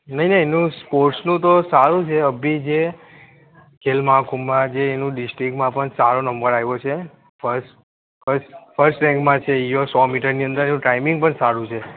નહીં નહીં એનું સ્પોર્ટ્સનું તો સારું છે અભી જે ખેલ મહાકુંભમાં જે એનું ડિસ્ટ્રિક્ટમાં પણ સારો નંબર આવ્યો છે ફર્સ્ટ ફર્સ્ટ ફર્સ્ટ રેન્કમાં છે ઇઓ સો મીટરની અંદર એનું ટાઈમિંગ પણ સારું છે